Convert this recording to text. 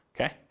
okay